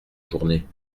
journée